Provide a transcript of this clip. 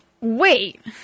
wait